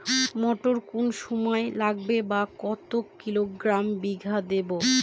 মটর কোন সময় লাগাবো বা কতো কিলোগ্রাম বিঘা দেবো?